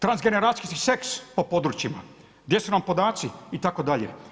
Transgeneracijski seks po područjima, gdje su nam podaci itd.